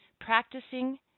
practicing